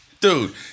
Dude